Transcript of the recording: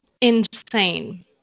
insane